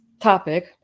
topic